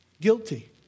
Guilty